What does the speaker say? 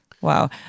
Wow